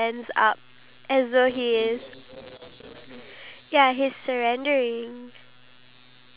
be in this type of envir~ environment like not like a farm environment of course but